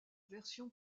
version